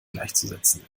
gleichzusetzen